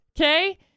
Okay